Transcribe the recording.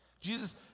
Jesus